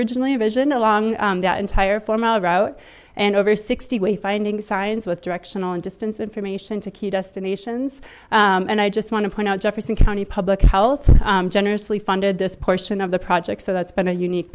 originally envisioned along that entire four mile route and over sixty wayfinding signs with directional and distance information to key destinations and i just want to point out jefferson county public health generously funded this portion of the project so that's been a unique